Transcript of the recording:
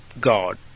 God